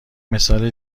مثال